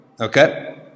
Okay